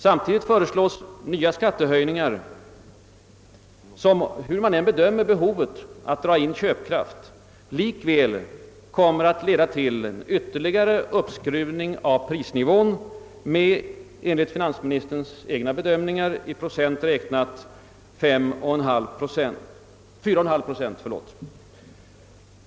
Samtidigt föreslås nya skattehöjningar som, hur man än bedömer behovet att dra in köpkraft, kommer att leda till en ytterligare uppskruvning av prisnivån med enligt finansministerns egna bedömningar 1 procent utöver de 3,5 procent som han i övrigt räknat med.